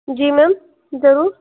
जी ma'am ज़रूर